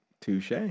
Touche